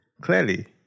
Clearly